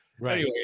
Right